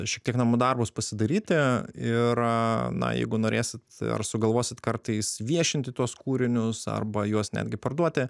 šiek tiek namų darbus pasidaryti ir na jeigu norėsit ar sugalvosit kartais viešinti tuos kūrinius arba juos netgi parduoti